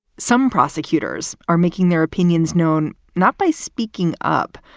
some prosecutors are making their opinions known not by speaking up,